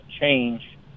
change